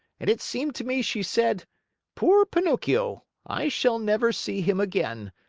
and it seemed to me she said poor pinocchio, i shall never see him again.